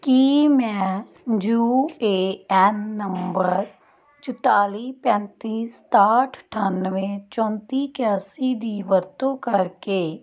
ਕੀ ਮੈਂ U A N number ਚੁਤਾਲੀ ਪੈਂਤੀ ਸਤਾਹਠ ਅਠਾਨਵੇਂ ਚੌਂਤੀ ਇਕਾਸੀ ਦੀ ਵਰਤੋਂ ਕਰਕੇ